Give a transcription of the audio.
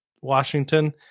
Washington